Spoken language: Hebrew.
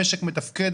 המשק מתפקד,